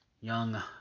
young